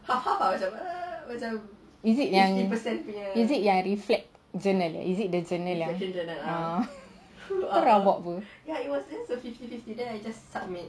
is it yang is it yang reflect journal is it the journal yang